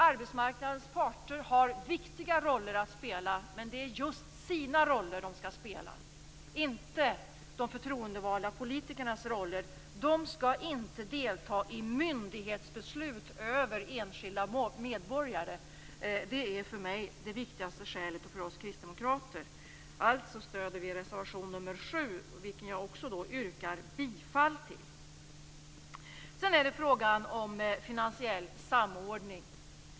Arbetsmarknadens parter har viktiga roller att spela, men det är just sina roller de skall spela - inte de förtroendevalda politikernas roller. De skall inte delta i myndighetsbeslut över enskilda medborgare. Det är för oss kristdemokrater det viktigaste skälet. Vi stöder alltså reservation nr 7, vilken jag också yrkar bifall till. Sedan är det fråga om finansiell samordning.